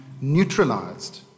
neutralized